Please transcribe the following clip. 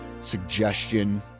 suggestion